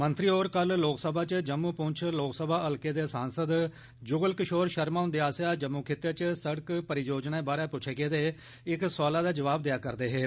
मंत्री होर कल लोकसभा च जम्मू पुंछ लोकसभा हल्के दे सांसद जुगल किशोर शर्मा हृन्दे आस्सेया जम्मू खित्ते च सड़क परियोजनाएं बारै पुच्छे गेदे इक सोआलै दा जवाब देआ रदे हे